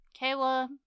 Kayla